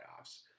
playoffs